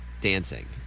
dancing